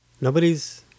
Nobody's